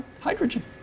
hydrogen